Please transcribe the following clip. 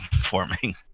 forming